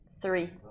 Three